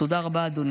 תודה רבה, אדוני.